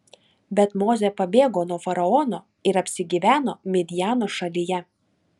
bet mozė pabėgo nuo faraono ir apsigyveno midjano šalyje